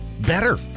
better